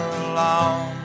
alone